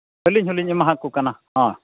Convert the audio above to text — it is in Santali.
ᱟᱹᱞᱤᱧ ᱦᱚᱸ ᱞᱤᱧ ᱮᱢᱟᱠᱚ ᱠᱟᱱᱟ